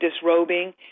disrobing